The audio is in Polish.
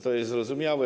To jest zrozumiałe.